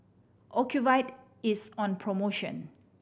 ocuvite is on promotion